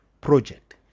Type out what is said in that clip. project